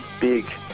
big